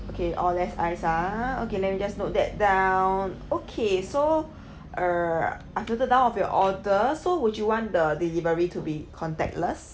okay all less ice ah okay let me just note that down okay so err I've noted down of your order so would you want the delivery to be contactless